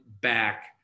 back